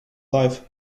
life